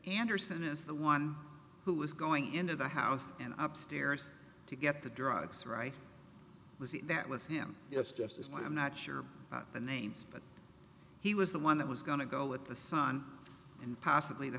anderson is the one who is going into the house and up stairs to get the drugs right was it that was him yes just as well i'm not sure the names but he was the one that was going to go with the son and possibly the